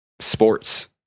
Sports